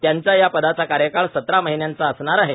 त्यांचा या पदाचा कार्यकाळ सतरा महिण्यांचा असणार आहे